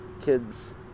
kid's